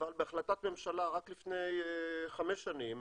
אבל בהחלטת ממשלה רק לפני חמש שנים